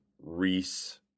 Reese